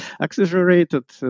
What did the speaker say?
exaggerated